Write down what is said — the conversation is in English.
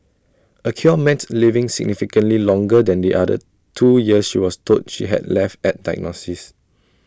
A cure meant living significantly longer than the other two years she was told she had left at diagnosis